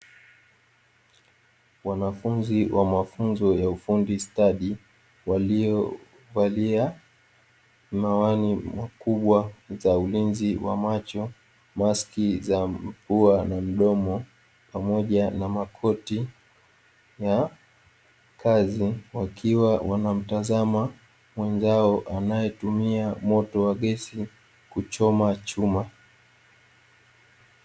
Wanafunzi wa mafunzo ya ufundi stadi, waliovalia mawani makubwa ya ulinzi wa macho, maski za pua na mdomo, pamoja na makoti ya kazi, wakiwa wanamtazama mwenzao anayetumia moto wa gesi kuchoma chuma.